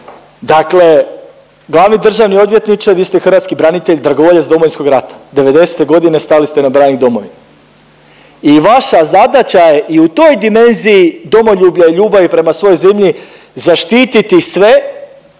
dakle glavni državni odvjetniče vi ste hrvatski branitelj, dragovoljac Domovinskog rata, '90. godine stali ste na branik domovine i vaša zadaća je i u toj dimenziji domoljublja i ljubavi prema svojoj zemlji zaštiti sve